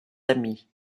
amies